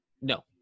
No